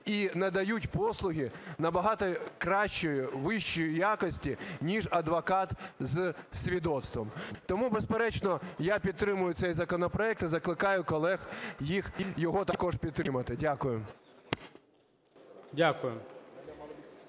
і надають послуги набагато кращі, вищої якості ніж адвокат із свідоцтвом. Тому, безперечно, я підтримую цей законопроект і закликаю колег його також підтримати. Дякую.